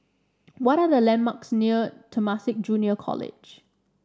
what are the landmarks near Temasek Junior College